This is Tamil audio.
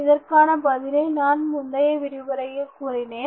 இதற்கான பதிலை நான் முந்தைய விரிவுரையில் கூறினேன்